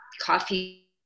coffee